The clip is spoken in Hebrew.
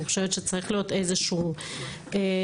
אני חושבת שצריך להיות איזשהו המשך.